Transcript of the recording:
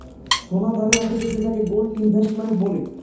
সোনা ধারে রাখতিছে যাকে গোল্ড ইনভেস্টমেন্ট বলে